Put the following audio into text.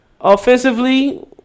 offensively